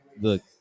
look